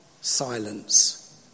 silence